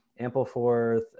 Ampleforth